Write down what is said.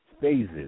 phases